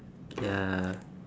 ya